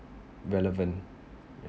relevant ya